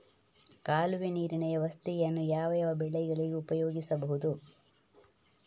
ಕಾಲುವೆ ನೀರಿನ ವ್ಯವಸ್ಥೆಯನ್ನು ಯಾವ್ಯಾವ ಬೆಳೆಗಳಿಗೆ ಉಪಯೋಗಿಸಬಹುದು?